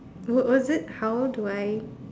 was was it how do it